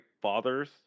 Fathers